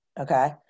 Okay